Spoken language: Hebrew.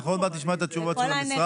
אנחנו עוד מעט נשמע את התשובות של המשרד.